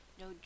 No